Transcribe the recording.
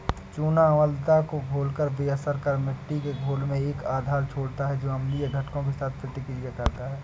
चूना अम्लता को घोलकर बेअसर कर मिट्टी के घोल में एक आधार छोड़ता है जो अम्लीय घटकों के साथ प्रतिक्रिया करता है